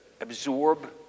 absorb